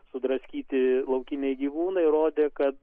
sudraskyti laukiniai gyvūnai rodė kad